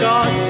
God